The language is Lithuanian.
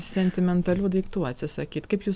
sentimentalių daiktų atsisakyt kaip jų